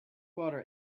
water